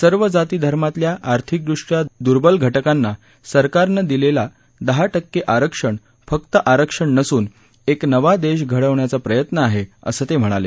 सर्व जाती धर्मातल्या आर्थिकदृष्ट्या दुर्बल घटकांना सरकारनं दिलेलं दहा टक्के आरक्षण फक्त आरक्षण नसून एक नवा देश घडवण्याचा प्रयत्न आहे असं ते म्हणाले